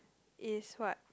is what